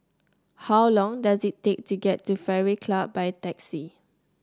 how long does it take to get to Fairway Club by taxi